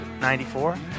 94